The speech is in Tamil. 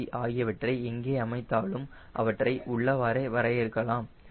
c ஆகியவற்றை எங்கே அமைத்தாலும் அவற்றை உள்ளவாறே வரையறுக்கலாம்